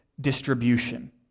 distribution